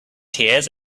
tears